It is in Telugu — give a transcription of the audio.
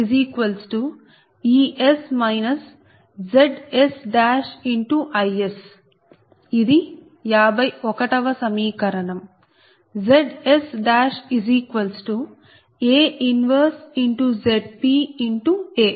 అప్పుడు VsEs ZsIs ఇది 51 వ సమీకరణం ZsA 1ZpA